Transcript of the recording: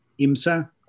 IMSA